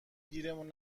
گیرمون